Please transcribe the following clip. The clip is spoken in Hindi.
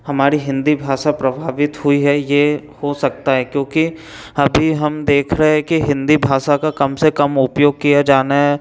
हमारी हिंदी भाषा प्रभावित हुई है ये हो सकता है क्योंकि अभी हम देख रहे हैं कि हिंदी भाषा का कम से कम उपयोग किया जाना